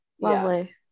lovely